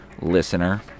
listener